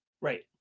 right